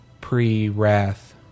pre-wrath